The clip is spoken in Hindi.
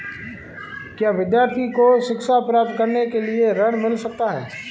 क्या विद्यार्थी को शिक्षा प्राप्त करने के लिए ऋण मिल सकता है?